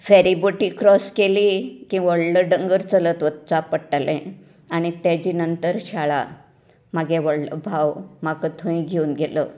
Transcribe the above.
फेरी बोटी क्रॉस केली की व्हडलें दोंगर चलत वचपाक पडटालें आनी तेचे नंतर शाळां मागे व्हडलो भाव म्हाका थंय घेवन गेलो